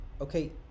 okay